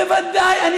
בוודאי,